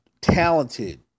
talented